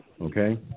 Okay